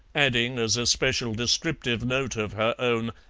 adding as a special descriptive note of her own,